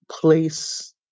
place